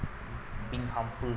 in harmful